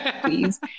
please